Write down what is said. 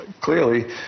clearly